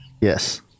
Yes